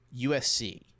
USC